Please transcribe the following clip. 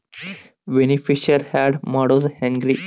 Beneficiary, add ಮಾಡೋದು ಹೆಂಗ್ರಿ?